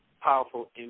powerful